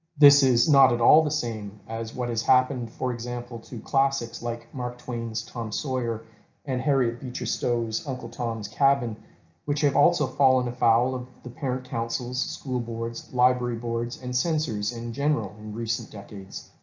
this is not at all the same as what has happened for example two classics like mark twain's tom sawyer and harriet beecher stowe's uncle tom's cabin which have also fallen afoul of the parrot councils, school boards, library boards, and censors in general in recent decades.